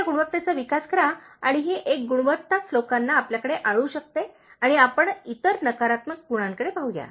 तर या गुणवत्तेचा विकास करा आणि ही एक गुणवत्ताच लोकांना आपल्याकडे आणू शकते आणि आपण इतर नकारात्मक गुणांकडे पाहू या